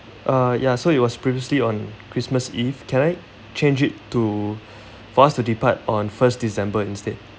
uh ya so it was previously on christmas eve can I change it to fast to depart on first december instead